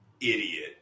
idiot